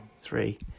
Three